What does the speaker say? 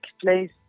place